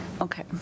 Okay